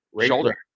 shoulder